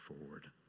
forward